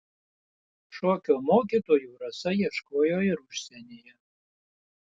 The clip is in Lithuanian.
šokio mokytojų rasa ieškojo ir užsienyje